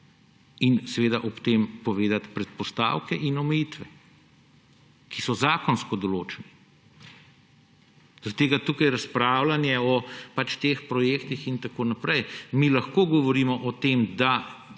in ob tem povedati predpostavk in omejitev, ki so zakonsko določene. Zaradi tega tukaj razpravljanje o teh projektih in tako naprej. Mi lahko govorimo o tem, da